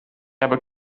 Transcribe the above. habe